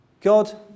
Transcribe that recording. God